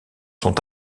sont